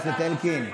אלקין,